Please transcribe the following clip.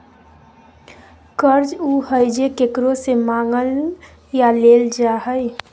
कर्ज उ हइ जे केकरो से मांगल या लेल जा हइ